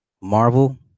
Marvel